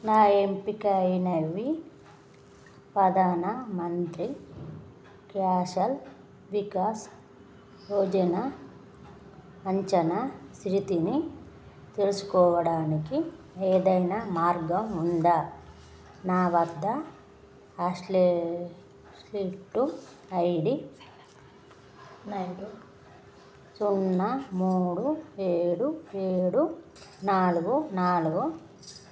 నా పీఎంకేవీవై ప్రధాన మంత్రి కౌశల్ వికాస్ యోజన అంచనా స్థితిని తెలుసుకోవడానికి ఏదైనా మార్గం ఉందా నా వద్ద అస్సెస్స్మెంట్ ఐడి సున్నా మూడు ఏడు ఏడు నాలుగు నాలుగు